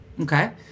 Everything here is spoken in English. Okay